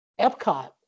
Epcot